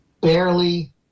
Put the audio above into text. barely